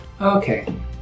Okay